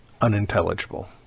unintelligible